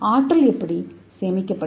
ஆற்றல் சேமிப்பு எப்படி